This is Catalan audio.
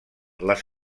les